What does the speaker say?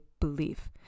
belief